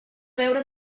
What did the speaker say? beure